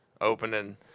opening